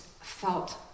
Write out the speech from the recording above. felt